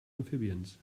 amphibians